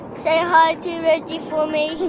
say hi to reggie for me